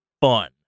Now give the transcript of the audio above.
fun